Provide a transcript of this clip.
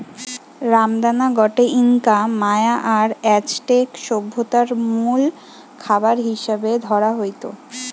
রামদানা গটে Inca, Maya আর অ্যাজটেক সভ্যতারে মুল খাবার হিসাবে ধরা হইত